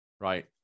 right